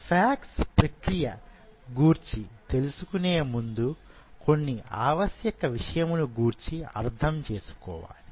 FACS ప్రక్రియ గూర్చి తెలుసుకునే ముందు కొన్ని ఆవశ్యక విషయములు గూర్చి అర్థం చేసుకోవాలి